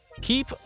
keep